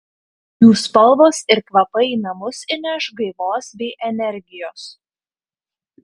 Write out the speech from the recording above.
jų spalvos ir kvapai į namus įneš gaivos bei energijos